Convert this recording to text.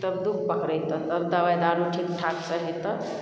तब दुख पकड़ेतऽ तब दवाइ दारू ठीक ठाकसे हेतऽ